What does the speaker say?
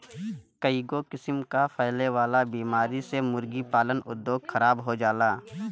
कईगो किसिम कअ फैले वाला बीमारी से मुर्गी पालन उद्योग खराब हो जाला